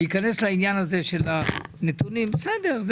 ולהיכנס לעניין הנתונים בסדר,